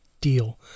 deal